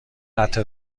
قطع